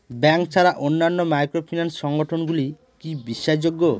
Bank ছাড়া অন্যান্য microfinance সংগঠন গুলি কি বিশ্বাসযোগ্য?